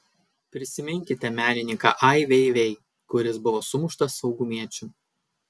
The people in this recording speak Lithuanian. prisiminkite menininką ai vei vei kuris buvo sumuštas saugumiečių